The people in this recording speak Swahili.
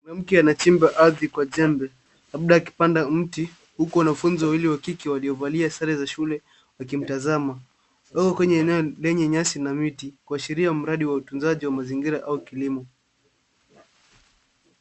Mwanamke anachimba arthi kwa jembe, labda akipanda mti huku wanafunzi wawili wa kike waliovalia sare za shule wakimtazama. Wako kwenye eneo lenye nyasi na miti kuashiria mradi wa utunzaji wa mazingira au kilimo.